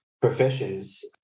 professions